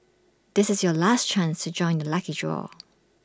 this is your last chance to join the lucky draw